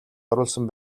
оруулсан